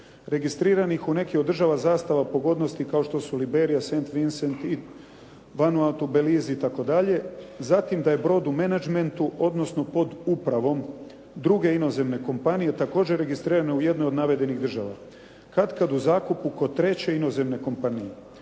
registiranih u nekim od država zastava pogodnosti kao što su Liberija, St. Vincent i … /Govornik se ne razumije./ … i tako dalje. Zatim da je brod u menagementu odnosno pod upravom druge inozemne kompanije također registrirane u jednoj od navedenih država katkad u zakupu kod treće inozemne kompanije.